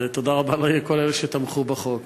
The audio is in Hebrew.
תודה רבה לכל אלה שתמכו בחוק.